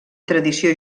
tradició